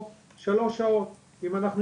שעה, אינני זוכר.